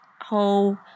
whole